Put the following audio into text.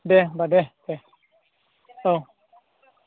दे होमब्ला दे औ